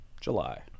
July